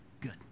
good